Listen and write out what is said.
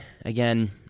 again